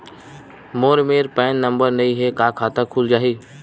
मोर मेर PAN number नई हे का खाता खुल जाही?